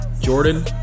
Jordan